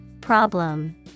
Problem